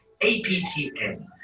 APTN